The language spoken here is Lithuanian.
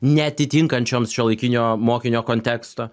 neatitinkančioms šiuolaikinio mokinio konteksto